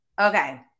Okay